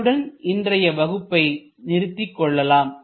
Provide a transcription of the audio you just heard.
இத்துடன் இன்றைய வகுப்பை நிறுத்தி கொள்ளலாம்